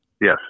Yes